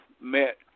met